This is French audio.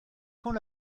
quand